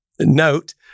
note